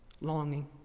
longing